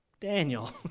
Daniel